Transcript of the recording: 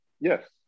yes